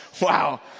wow